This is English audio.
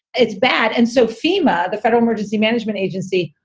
it's bad. and so fema, the federal emergency management agency,